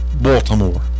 Baltimore